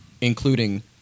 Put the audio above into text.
including